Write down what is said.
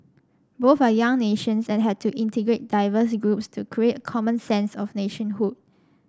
both are young nations and had to integrate diverse groups to create a common sense of nationhood